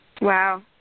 Wow